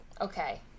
okay